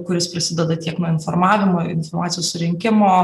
kuris prisideda tiek nuo informavimo informacijos surinkimo